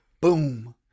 Boom